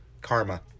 Karma